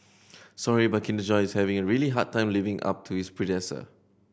sorry but Kinder Joy is having a really hard time living up to its predecessor